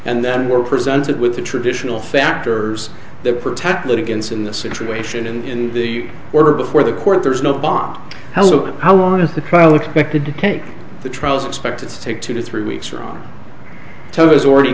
and then we're presented with the traditional factors that are protected against in this situation in the order before the court there's no bought hello how long is the trial expected to take the trial's expected to take two to three weeks or tows already